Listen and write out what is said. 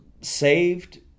saved